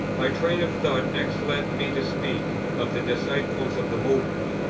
my train of thought next led me to speak of the disciples of the movement,